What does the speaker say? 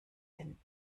denn